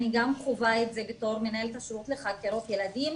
אני גם חווה את זה בתור מנהלת השירות לחקירות ילדים,